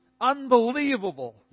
unbelievable